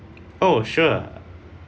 oh sure